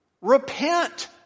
Repent